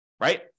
Right